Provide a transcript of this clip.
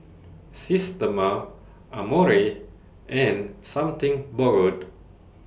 Systema Amore and Something Borrowed